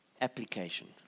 Application